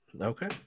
Okay